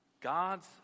God's